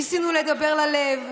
ניסינו לדבר ללב,